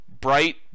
bright